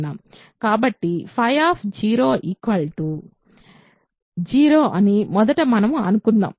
కాబట్టి 0 అని మొదట మనకు అనుకుందాం